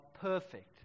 perfect